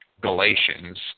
Galatians